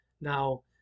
Now